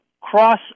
cross